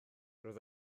roedd